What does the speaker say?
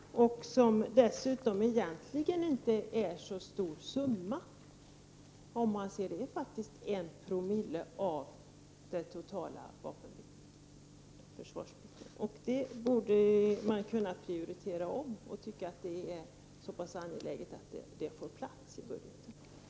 Egentligen är det ju inte så stor summa. Det är ju bara 19to av den totala försvarsdelen. Man borde kunna omprioritera och tycka att det är så pass angeläget att det — Prot. 1989/90:101 får plats i budgeten.